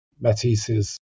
Matisse's